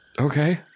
Okay